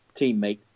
teammate